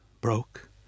broke